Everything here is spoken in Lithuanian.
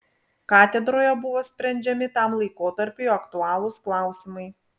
katedroje buvo sprendžiami tam laikotarpiui aktualūs klausimai